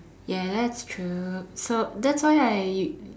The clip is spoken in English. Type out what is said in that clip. ya that's true so that's why I